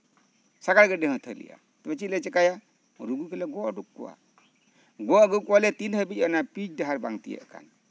ᱥᱟᱜᱟᱲ ᱜᱟᱹᱰᱤ ᱦᱚᱸ ᱛᱷᱟᱹᱞᱤᱜᱼᱟ ᱪᱮᱫ ᱞᱮ ᱪᱤᱡᱠᱟᱭᱟ ᱨᱩᱜᱤ ᱠᱚᱞᱮ ᱜᱚᱜ ᱩᱰᱩᱠ ᱠᱚᱣᱟ ᱜᱚᱜ ᱟᱹᱜᱩ ᱠᱚᱣᱟᱞᱮ ᱛᱤᱱ ᱦᱟᱹᱵᱤᱡ ᱯᱤᱪ ᱰᱟᱦᱟᱨ ᱵᱟᱝᱜ ᱛᱤᱭᱳᱜ ᱟᱠᱟᱱ